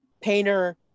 Painter